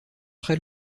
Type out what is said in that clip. très